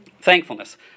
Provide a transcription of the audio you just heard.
Thankfulness